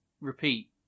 repeat